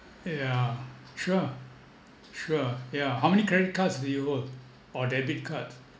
yeah sure sure yeah how many credit cards do you hold or debit cards